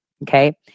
Okay